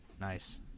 Nice